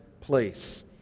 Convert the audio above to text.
place